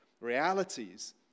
realities